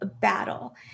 battle